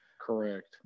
Correct